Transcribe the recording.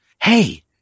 Hey